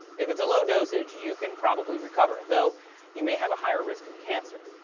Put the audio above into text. if it's a low dosage you can probably recover, though you might have a higher risk of cancer.